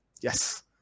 Yes